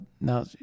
now